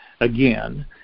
again